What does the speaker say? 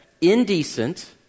Indecent